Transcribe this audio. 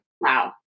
Wow